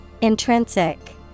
Intrinsic